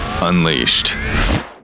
Unleashed